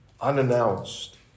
unannounced